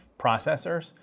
processors